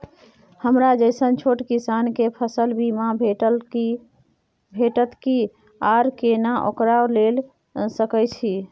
हमरा जैसन छोट किसान के फसल बीमा भेटत कि आर केना ओकरा लैय सकैय छि?